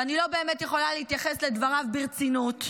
ואני לא באמת יכולה להתייחס לדבריו ברצינות.